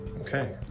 okay